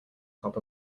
top